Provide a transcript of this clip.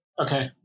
Okay